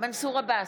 מנסור עבאס,